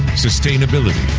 sustainability,